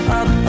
up